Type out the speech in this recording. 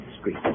Street